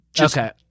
Okay